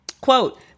quote